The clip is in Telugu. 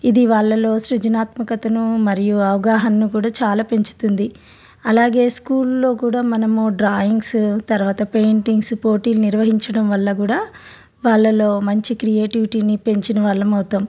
ఇది వాళ్ళలో సృజనాత్మకతను మరియు అవగాహను కూడా చాలా పెంచుతుంది అలాగే స్కూల్లో కూడా మనము డ్రాయింగ్స్ తర్వాత పెయింటింగ్స్ పోటీలు నిర్వహించడం వల్ల కూడా వాళ్లలో మంచి క్రియేటివిటీని పెంచిన వాళ్ళం అవుతాం